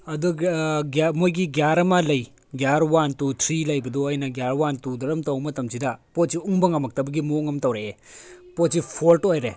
ꯃꯣꯏꯒꯤ ꯒ꯭ꯌꯥꯔ ꯑꯃ ꯂꯩ ꯒ꯭ꯌꯥꯔ ꯋꯥꯟ ꯇꯨ ꯊ꯭ꯔꯤ ꯂꯩꯕꯗꯣ ꯑꯩꯅ ꯒ꯭ꯌꯥꯔ ꯋꯥꯟ ꯇꯨꯗꯔ ꯑꯃ ꯇꯧꯕ ꯃꯇꯝꯁꯤꯗ ꯄꯣꯠꯁꯤ ꯎꯪꯕ ꯉꯝꯃꯛꯇꯕꯒꯤ ꯃꯑꯣꯡ ꯑꯃ ꯇꯧꯔꯛꯑꯦ ꯄꯣꯠꯁꯤ ꯐ꯭ꯔꯣꯠ ꯑꯣꯏꯔꯦ